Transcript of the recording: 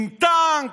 עם טנק?